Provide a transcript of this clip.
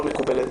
לא מקובלת